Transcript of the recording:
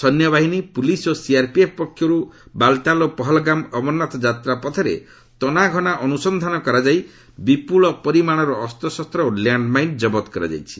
ସୈନ୍ୟବାହିନୀ ପ୍ରଲିସ୍ ଓ ସିଆର୍ପିଏଫ୍ ପକ୍ଷରୁ ବାଲ୍ତାଲ୍ ଓ ପହଲ୍ଗାମ୍ ଅମରନାଥ ଯାତ୍ରାପଥରେ ତନାଘନା ଅନୁସନ୍ଧାନ କରାଯାଇ ବିପୁଳ ପରିମାଣର ଅସ୍ପଶସ୍ତ ଓ ଲ୍ୟାଣ୍ଡ ମାଇନ୍ ଜବତ କରାଯାଇଛି